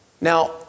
now